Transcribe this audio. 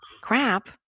crap